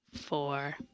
four